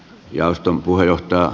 arvoisa puhemies